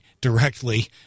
directly